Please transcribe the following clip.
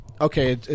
okay